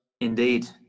indeed